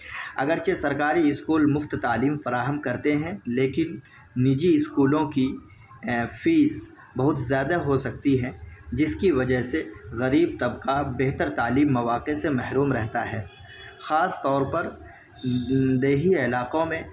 اگرچہ سرکاری اسکول مفت تعلیم فراہم کرتے ہیں لیکن نجی اسکولوں کی فیس بہت زیادہ ہو سکتی ہے جس کی وجہ سے غریب طبقہ بہتر تعلیم مواقع سے محروم رہتا ہے خاص طور پر دیہی علاقوں میں